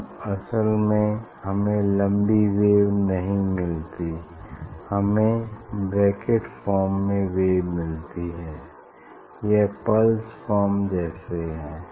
तब असल में हमें लम्बी वेव नहीं मिलती हमें ब्रैकेट फॉर्म में वेव मिलती है यह पल्स फॉर्म जैसे है